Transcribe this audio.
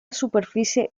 superficie